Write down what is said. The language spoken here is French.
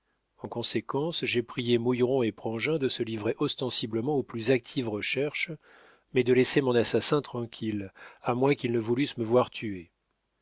en conséquence j'ai prié mouilleron et prangin de se livrer ostensiblement aux plus actives recherches mais de laisser mon assassin tranquille à moins qu'ils ne voulussent me voir tuer